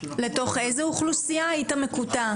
-- לתוך איזה אוכלוסייה, היית מקוטע.